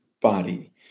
body